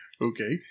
okay